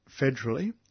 federally